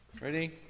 Ready